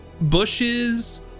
bushes